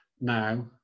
now